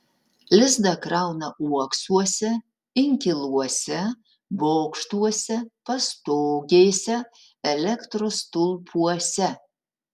lizdą krauna uoksuose inkiluose bokštuose pastogėse elektros stulpuose